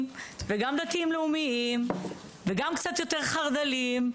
וגם דתיים לאומיים וגם קצת יותר חרד"ליים,